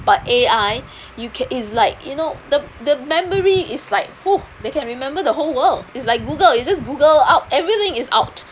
but A_I you can it's like you know the the memory is like who they can remember the whole world is like google you just google out everything is out